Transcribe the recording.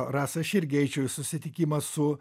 rasa aš irgi eičiau į susitikimą su